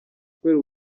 kubera